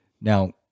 Now